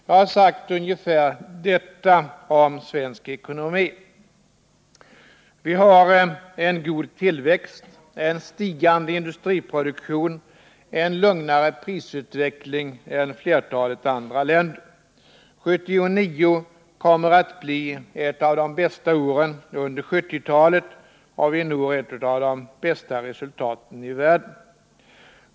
Jag har sagt ungefär detta om svensk ekonomi: Vi har en god tillväxt, en stigande industriproduktion och en lugnare prisutveckling än flertalet andra länder. 1979 kommer att bli ett av de bästa åren under 1970-talet. Vi når ett av de bästa resultaten i världen.